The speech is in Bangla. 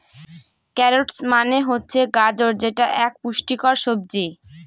ক্যারোটস মানে হচ্ছে গাজর যেটা এক পুষ্টিকর সবজি